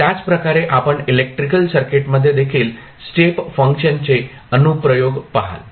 त्याच प्रकारे आपण इलेक्ट्रिकल सर्किटमध्ये देखील स्टेप फंक्शनचे अनुप्रयोग पहाल